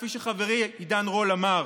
כפי שחברי עידן רול אמר.